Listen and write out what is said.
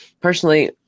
personally